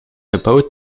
gebouwd